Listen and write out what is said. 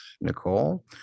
Nicole